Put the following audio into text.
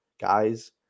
guys